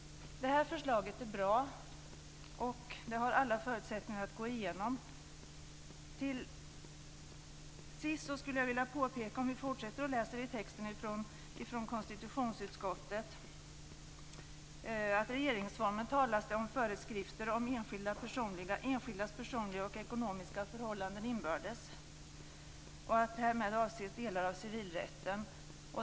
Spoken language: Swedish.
Detta förslag är bra, och det har alla förutsättningar att gå igenom. Till sist skulle jag vilja påpeka, om vi fortsätter och läser i texten från konstitutionsutskottet, att det står så här: "När det i - regeringsformen talas om föreskrifter om enskildas 'personliga och ekonomiska förhållanden inbördes' avses härmed delar av civilrätten."